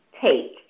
take